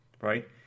right